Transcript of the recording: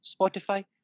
Spotify